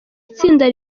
itsinda